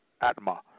Atma